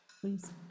please